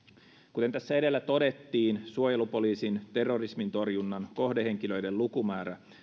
kuten tässä edellä todettiin suojelupoliisin terrorismin torjunnan kohdehenkilöiden lukumäärä